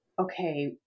okay